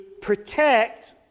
protect